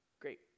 great